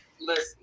listen